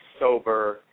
sober